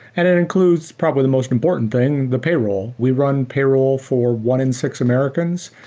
and it includes probably the most important thing, the payroll. we run payroll for one in six americans.